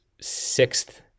sixth